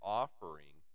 offering